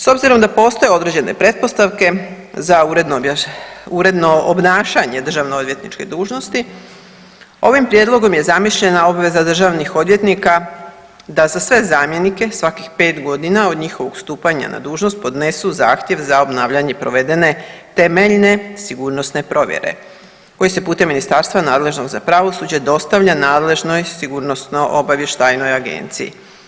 S obzirom da postoje određene pretpostavke za uredno obnašanje državnoodvjetničke dužnosti ovim prijedlogom je zamišljena obveza državnih odvjetnika da za sve zamjenike svakih 5 godina od njihovog stupanja na dužnost podnesu zahtjev za obnavljanje provedene temeljne sigurnosne provjere, koji se putem ministarstva nadležnog za pravosuđe dostavlja nadležnoj Sigurnosno-obavještajnoj agenciji.